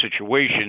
situation